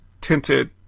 tinted